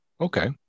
Okay